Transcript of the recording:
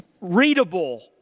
readable